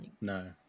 No